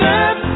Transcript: up